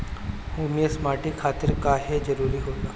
Humus माटी खातिर काहे जरूरी होला?